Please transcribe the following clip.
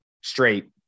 straight